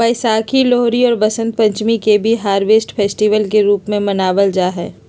वैशाखी, लोहरी और वसंत पंचमी के भी हार्वेस्ट फेस्टिवल के रूप में मनावल जाहई